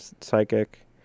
psychic